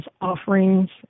offerings